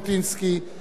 היו ברוכים.